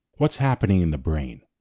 what's happening in the brain?